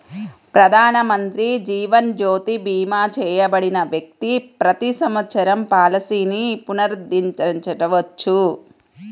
ప్రధానమంత్రి జీవన్ జ్యోతి భీమా చేయబడిన వ్యక్తి ప్రతి సంవత్సరం పాలసీని పునరుద్ధరించవచ్చు